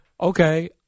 Okay